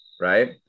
Right